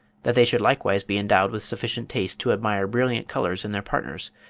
that they should likewise be endowed with sufficient taste to admire brilliant colours in their partners,